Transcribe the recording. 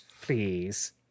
please